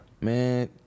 Man